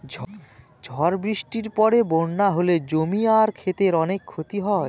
ঝড় বৃষ্টির পরে বন্যা হলে জমি আর ক্ষেতের অনেক ক্ষতি হয়